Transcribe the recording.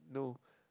no